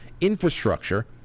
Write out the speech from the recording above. infrastructure